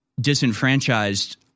disenfranchised